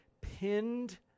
pinned